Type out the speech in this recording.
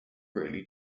really